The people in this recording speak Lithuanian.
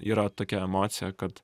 yra tokia emocija kad